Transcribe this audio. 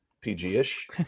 PG-ish